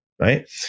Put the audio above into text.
right